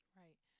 right